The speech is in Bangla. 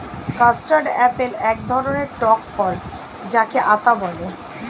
কাস্টার্ড আপেল এক ধরণের টক ফল যাকে আতা বলে